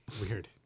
Weird